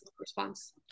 response